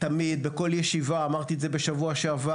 בכל ישיבה ואמרתי את זה בשבוע שעבר